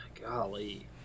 golly